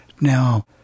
Now